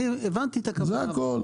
הבנתי את הכוונה.